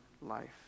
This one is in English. life